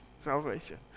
Salvation